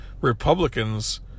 Republicans